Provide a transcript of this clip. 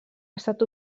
estat